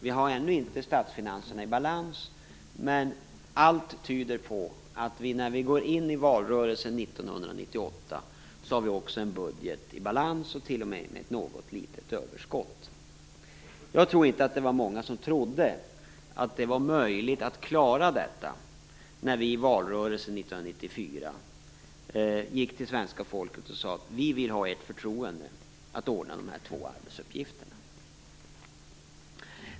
Vi har ännu inte statsfinanserna i balans, men allt tyder på att vi när vi går in i valrörelsen 1998 också har en budget i balans, t.o.m. med något litet överskott. Jag tror inte att det var många som trodde att det var möjligt att klara detta när vi i valrörelsen 1994 gick till svenska folket och sade: Vi vill ha ert förtroende att ordna de här två arbetsuppgifterna.